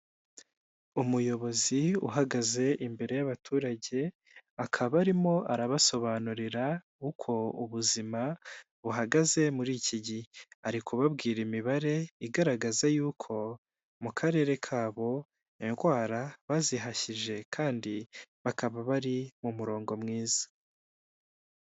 Umuyobozi uhagaze imbere y'abaturage akaba arimo arabasobanurira uko ubuzima buhagaze muri iki gihe, ari kubabwira imibare igaragaza y'uko mu karere kabo indwara bazihashyije kandi bakaba bari mu murongo mwiza.